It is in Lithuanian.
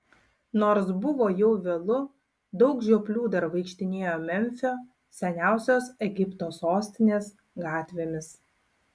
nors buvo jau vėlu daug žioplių dar vaikštinėjo memfio seniausios egipto sostinės gatvėmis